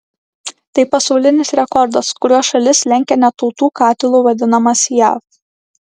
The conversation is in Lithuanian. tai pasaulinis rekordas kuriuo šalis lenkia net tautų katilu vadinamas jav